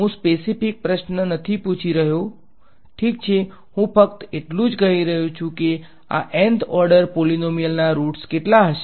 હું સ્પેસીફીક પ્રશ્ન નથી પૂછી રહ્યો ઠીક છે હું ફક્ત એટલું જ કહી રહ્યો છું કે આ Nth ઓર્ડર પોલીનોમીયલ ના રુટસ કેટલા હશે